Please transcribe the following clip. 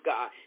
God